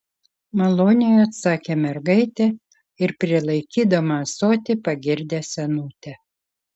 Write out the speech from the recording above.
maloniai atsakė mergaitė ir prilaikydama ąsotį pagirdė senutę